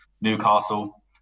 Newcastle